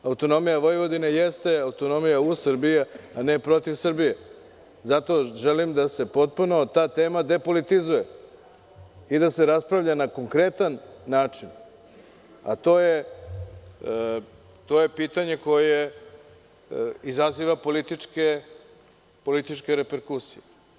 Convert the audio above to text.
Autonomija Vojvodine jeste autonomija Srbije, a ne protiv Srbije, zato želim da se potpuno ta tema depolitizuje i da se raspravlja na konkretan način, a to je pitanje koje izaziva političke reprekusije.